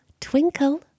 Twinkle